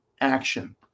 action